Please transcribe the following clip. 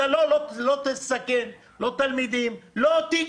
אתה לא לא תסכן, לא תלמידים, גם לא אותי.